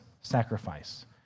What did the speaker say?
sacrifice